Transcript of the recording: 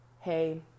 Hey